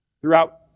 throughout